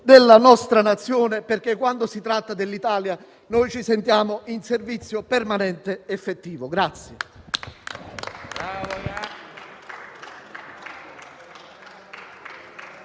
della nostra Nazione, perché quando si tratta dell'Italia noi ci sentiamo in servizio permanente effettivo.